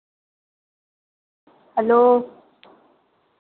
hello